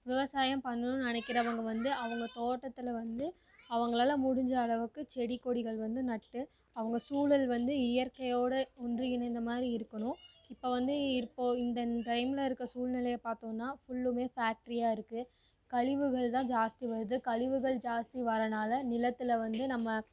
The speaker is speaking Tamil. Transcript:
விவசாயம் பண்ணனுன்னு நினைக்கிறவுங்க வந்து அவங்க தோட்டத்தில் வந்து அவங்களால முடிஞ்ச அளவுக்கு செடி கொடிகள் வந்து நட்டு அவங்க சூழல் வந்து இயற்கையோட ஒன்றி இணைந்த மாதிரி இருக்கணும் இப்போ வந்து இப்போ இந்த டைமில் இருக்க சூழ்நிலையை பார்க்தோன்னா ஃபுல்லுமே ஃபேக்ட்ரியாக இருக்கு கழிவுகள் தான் ஜாஸ்தி வருது கழிவுகள் ஜாஸ்தி வரனால நிலத்தில் வந்து நம்ம